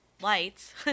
lights